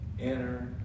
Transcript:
Enter